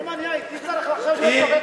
אם אני הייתי צריך עכשיו להיות שופט,